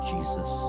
Jesus